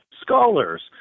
scholars